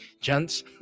gents